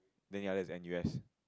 then the others is N_U_S